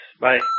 Bye